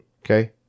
okay